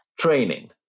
training